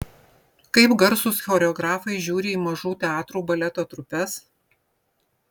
kaip garsūs choreografai žiūri į mažų teatrų baleto trupes